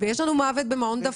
ומוות במעון דפנה.